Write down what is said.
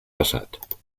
passat